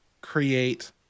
create